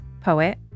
poet